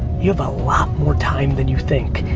you have a lot more time than you think.